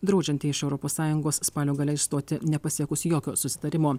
draudžiantį iš europos sąjungos spalio gale išstoti nepasiekus jokio susitarimo